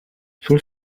sul